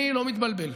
אני לא מתבלבל.